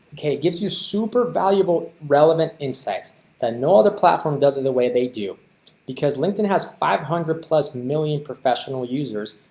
okay gives you super valuable relevant insights that no other platform doesn't the way they do because linkedin has five hundred plus million professional users,